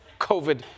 COVID